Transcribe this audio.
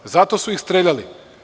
Zato su ih streljali.